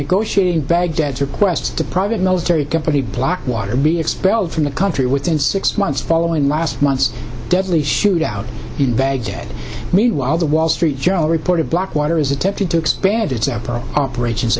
negotiating baghdad's request to private military company blackwater be expelled from the country within six months following last month's deadly shootout in baghdad meanwhile the wall street journal reported blackwater is attempting to expand its airport operations